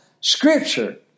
Scripture